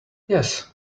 yes